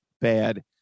bad